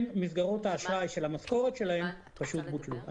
מסגרות האשראי של המשכורת שלהם פשוט בוטלו.